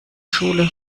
schule